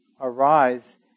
arise